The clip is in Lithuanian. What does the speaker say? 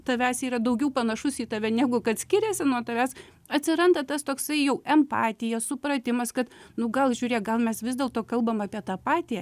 tavęs yra daugiau panašus į tave negu kad skiriasi nuo tavęs atsiranda tas toksai jau empatija supratimas kad nu gal žiūrėk gal mes vis dėlto kalbam apie tą patį